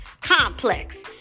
Complex